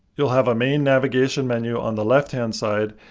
you'll have a main navigation menu on the left-hand side,